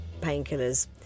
painkillers